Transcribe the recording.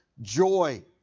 Joy